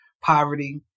poverty